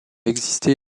existé